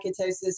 ketosis